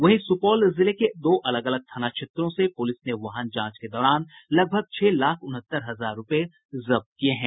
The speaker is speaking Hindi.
वहीं सुपौल जिले के दो अलग अलग थाना क्षेत्रों से पुलिस ने वाहन जांच के दौरान लगभग छह लाख उनहत्तर हजार रूपये जब्त किये हैं